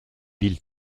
ville